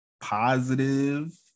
positive